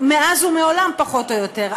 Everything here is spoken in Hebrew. מאז ומעולם, פחות או יותר.